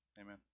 Amen